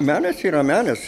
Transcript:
menas yra menas